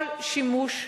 כל שימוש בטרור,